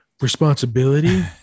responsibility